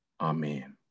Amen